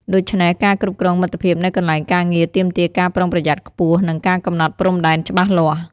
ដូច្នេះ ការគ្រប់គ្រងមិត្តភាពនៅកន្លែងការងារទាមទារការប្រុងប្រយ័ត្នខ្ពស់ និងការកំណត់ព្រំដែនច្បាស់លាស់។